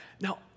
Now